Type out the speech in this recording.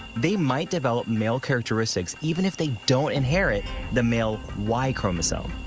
they might develop male characteristics even if they don't inherit the male y chromosome.